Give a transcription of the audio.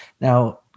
Now